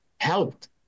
helped